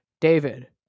David